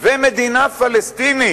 ומדינה פלסטינית,